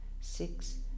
six